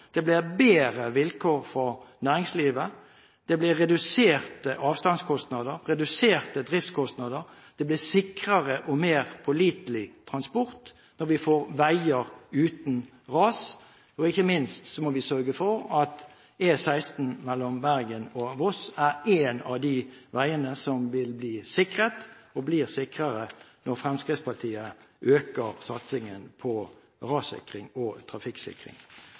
Det blir bedre vilkår for næringslivet. Det blir reduserte avstandskostnader og reduserte driftskostnader. Det blir sikrere og mer pålitelig transport når vi får veier uten ras. Ikke minst må vi sørge for at E16 mellom Bergen og Voss er en av de veiene som vil bli sikret – og som blir sikrere når Fremskrittspartiet øker satsingen på rassikring og trafikksikring.